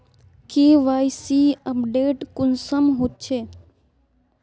KYC update कुंसम होचे?